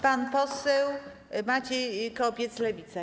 Pan poseł Maciej Kopiec, Lewica.